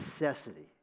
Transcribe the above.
necessity